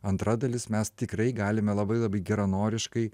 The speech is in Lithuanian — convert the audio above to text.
antra dalis mes tikrai galime labai labai geranoriškai